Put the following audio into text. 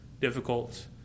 difficult